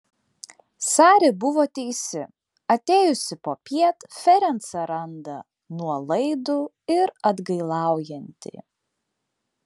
sari buvo teisi atėjusi popiet ferencą randa nuolaidų ir atgailaujantį